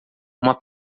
uma